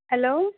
hello